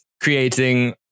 creating